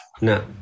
no